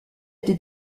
été